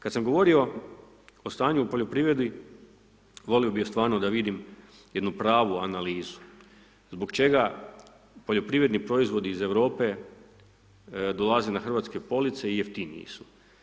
Kad sam govorio o stanju u poljoprivredi volio bi stvarno da vidim jednu pravu analizu, zbog čega poljoprivredni proizvodi iz Europe dolaze na hrvatske police i jeftiniji su.